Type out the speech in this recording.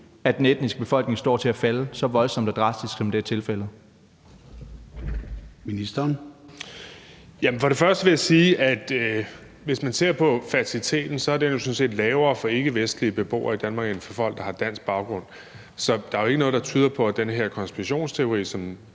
Gade): Ministeren. Kl. 13:31 Udlændinge- og integrationsministeren (Kaare Dybvad Bek): For det første vil jeg sige, at hvis man ser på fertiliteten, er den sådan set lavere for ikkevestlige beboere i Danmark end for folk, der har dansk baggrund. Så der er ikke noget, der tyder på, at den her konspirationsteori, som